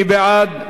מי בעד?